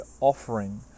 offering